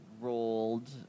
rolled